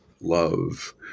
love